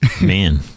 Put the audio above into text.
Man